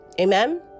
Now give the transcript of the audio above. Amen